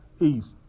East